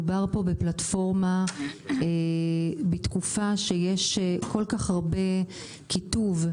מדובר פה בפלטפורמה בתקופה שיש כל כך הרבה קיטוב,